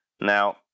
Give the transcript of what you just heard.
now